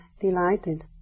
delighted